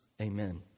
Amen